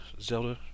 Zelda